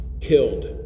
killed